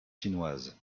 chinoises